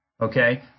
okay